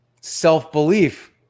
self-belief